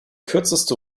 kürzeste